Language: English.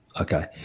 Okay